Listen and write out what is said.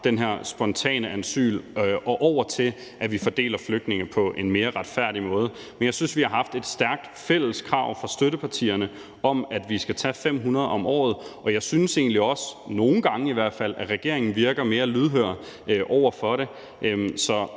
den her spontane asyl og over til, at vi fordeler flygtninge på en mere retfærdig måde. Men jeg synes, at vi har haft et stærkt fælles krav fra støttepartierne om, at vi skal tage imod 500 om året. Og jeg synes egentlig også, nogle gange i hvert fald, at regeringen virker mere lydhør over for det.